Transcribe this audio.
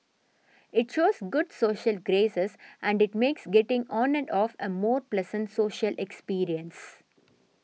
it shows good social graces and it makes getting on and off a more pleasant social experience